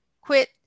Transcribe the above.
quit